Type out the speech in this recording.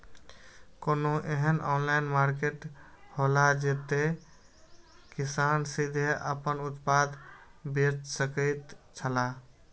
कोनो एहन online market हौला जते किसान सीधे आपन उत्पाद बेच सकेत छला?